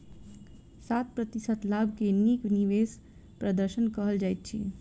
सात प्रतिशत लाभ के नीक निवेश प्रदर्शन कहल जाइत अछि